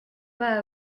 pas